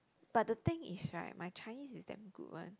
but the thing is right my Chinese is damn good one